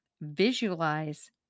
visualize